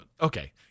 Okay